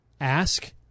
Ask